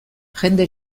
jende